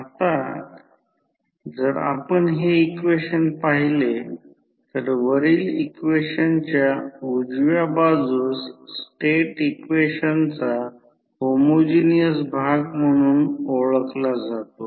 म्हणून V2 V1 K जर K 1 पेक्षा कमी असेल तर हा स्टेप अप ट्रान्सफॉर्मर असेल आणि जर K एकापेक्षा जास्त असेल तर त्याला स्टेप डाउन ट्रान्सफॉर्मर म्हणतात